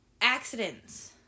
accidents